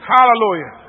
Hallelujah